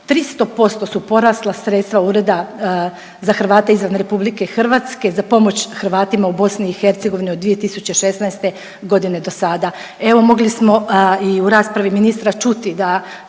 300% su porasla sredstva Ureda za Hrvate izvan RH za pomoć Hrvatima u BiH od 2016.g. dosada. Evo mogli smo i u raspravi ministra čuti da